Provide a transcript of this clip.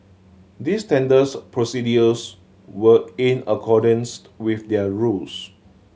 these tenders procedures were in accordance with they are rules